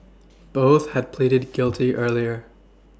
both had pleaded guilty earlier